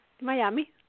Miami